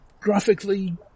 graphically